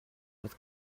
with